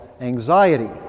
anxiety